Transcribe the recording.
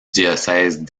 diocèse